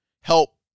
help